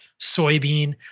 soybean